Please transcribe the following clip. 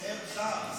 סר צ'ארלס.